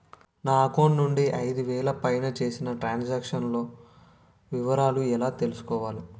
నా అకౌంట్ నుండి ఐదు వేలు పైన చేసిన త్రం సాంక్షన్ లో వివరాలు ఎలా తెలుసుకోవాలి?